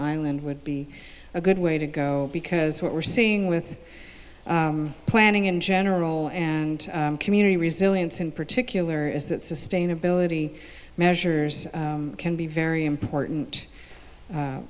island would be a good way to go because what we're seeing with planning in general and community resilience in particular is that sustainability measures can be very important